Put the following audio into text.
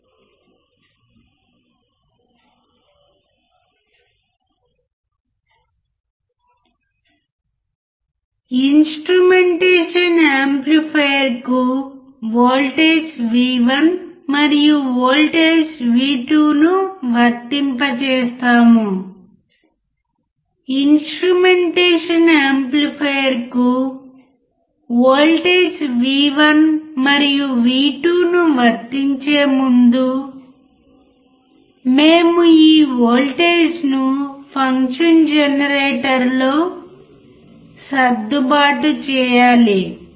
Refer Time 1238 instrumentation యాంప్లిఫైయర్కు voltage V1 మరియు voltage V2 ను వర్తింపజేస్తాము ఇన్స్ట్రుమెంటేషన్ యాంప్లిఫైయర్కు వోల్టేజ్ V1 మరియు V2 ను వర్తించే ముందు మేము ఈ వోల్టేజ్ను ఫంక్షన్ జెనరేటర్లో సర్దుబాటు చేయాలి